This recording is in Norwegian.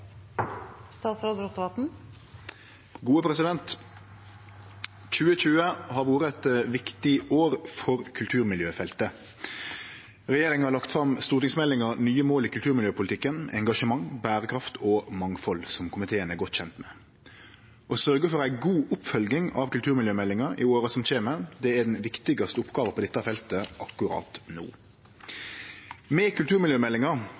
2020 har vore eit viktig år for kulturmiljøfeltet. Regjeringa har lagt fram stortingsmeldinga Nye mål i kulturmiljøpolitikken – engasjement, bærekraft og mangfold – som komiteen er godt kjent med. Å sørgje for ei god oppfølging av kulturmiljømeldinga i åra som kjem, er den viktigaste oppgåva på dette feltet akkurat no. Med kulturmiljømeldinga